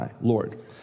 Lord